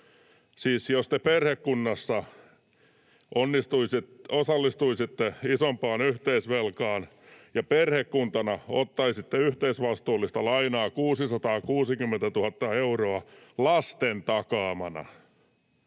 jos te perhekunnassa osallistuisitte isompaan yhteisvelkaan ja perhekuntana ottaisitte yhteisvastuullista lainaa 660 000 euroa lasten takaamana